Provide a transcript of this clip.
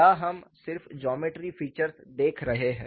यहां हम सिर्फ ज्योमेट्री फीचर्स देख रहे हैं